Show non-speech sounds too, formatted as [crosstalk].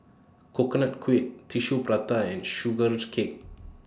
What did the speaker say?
Coconut Kuih Tissue Prata and Sugar [unintelligible] Cake